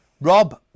Rob